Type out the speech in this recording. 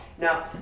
Now